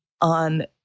on